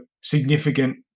significant